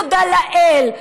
תודה לאל.